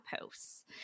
posts